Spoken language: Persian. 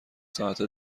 ساعت